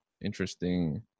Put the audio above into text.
interesting